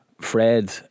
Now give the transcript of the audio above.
Fred